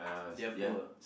they're poor